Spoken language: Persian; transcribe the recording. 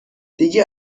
دیگه